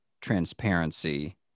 transparency